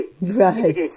Right